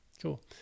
Cool